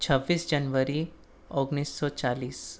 છવ્વીસ જનવરી ઓગણીસસો ચાલીસ